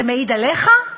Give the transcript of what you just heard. זה מעיד עליך,